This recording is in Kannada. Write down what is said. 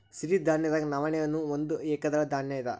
ಸಿರಿಧಾನ್ಯದಾಗ ನವಣೆ ನೂ ಒಂದ ಏಕದಳ ಧಾನ್ಯ ಇದ